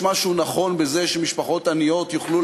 יש משהו נכון בזה שמשפחות עניות יוכלו